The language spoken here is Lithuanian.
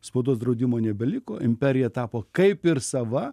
spaudos draudimo nebeliko imperija tapo kaip ir sava